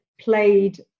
played